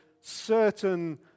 certain